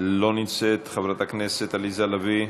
אינה נוכחת, חברת הכנסת עליזה לביא,